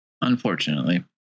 Unfortunately